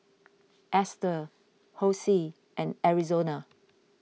Esther Hosie and Arizona